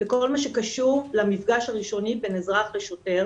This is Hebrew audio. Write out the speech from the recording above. לכל מה שקשור למפגש הראשוני בין אזרח לשוטר